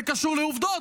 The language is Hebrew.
זה קשור לעובדות,